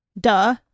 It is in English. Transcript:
Duh